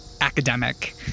academic